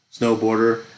snowboarder